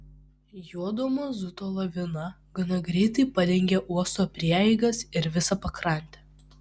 juodo mazuto lavina gana greitai padengė uosto prieigas ir visą pakrantę